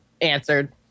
answered